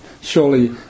surely